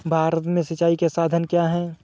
भारत में सिंचाई के साधन क्या है?